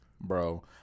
Bro